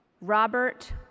Robert